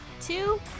two